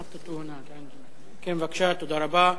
תודה רבה.